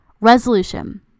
Resolution